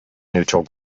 neutral